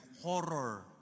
horror